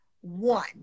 one